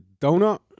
donut